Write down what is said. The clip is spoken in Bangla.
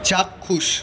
চাক্ষুষ